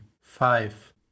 five